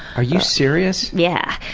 are you serious! yeah!